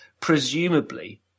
presumably